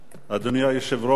אדוני היושב-ראש,